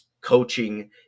coaching